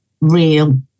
real